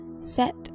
set